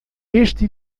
este